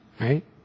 Right